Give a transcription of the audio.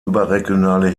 überregionale